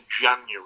January